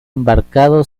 embarcado